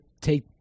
take